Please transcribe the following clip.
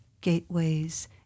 Gateways